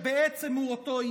שהוא בעצם אותו עניין.